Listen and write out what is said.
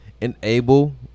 enable